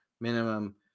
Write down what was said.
minimum